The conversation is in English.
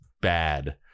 bad